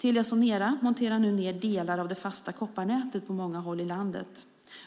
Telia Sonera monterar nu ned delar av det fasta kopparnätet på många håll i landet.